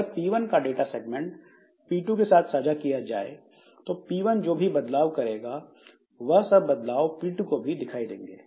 अगर P1 का data segment P2 के साथ साझा किया जाये तो P1 जो भी बदलाव करेगा वह सब बदलाव P2 को भी दिखाई देंगे